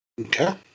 okay